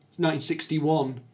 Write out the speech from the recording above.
1961